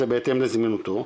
זה בהתאם לזמינותו,